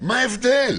מה ההבדל?